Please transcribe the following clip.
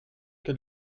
que